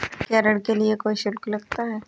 क्या ऋण के लिए कोई शुल्क लगता है?